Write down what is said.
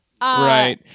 Right